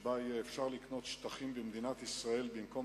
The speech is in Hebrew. שבה יהיה אפשר לקנות שטחים במדינת ישראל במקום